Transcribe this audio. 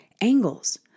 angles